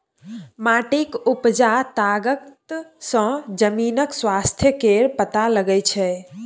माटिक उपजा तागत सँ जमीनक स्वास्थ्य केर पता लगै छै